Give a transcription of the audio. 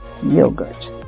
yogurt